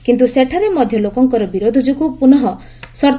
କିନ୍ତୁ ସେଠାରେ ମଧ ଲୋକଙ୍କ ବିରୋଧ ଯୋଗୁଁ ପୁନଃ ସର୍ଉ